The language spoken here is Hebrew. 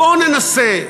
בואו ננסה.